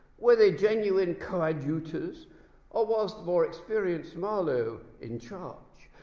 were they genuine coadjutors or was the more experienced marlowe in charge?